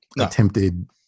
attempted